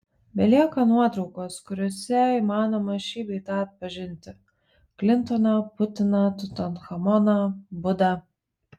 belieka nuotraukos kuriose įmanoma šį bei tą atpažinti klintoną putiną tutanchamoną budą